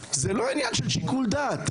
זה לא עניין של שיקול דעת,